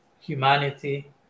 humanity